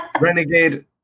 Renegade